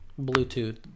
Bluetooth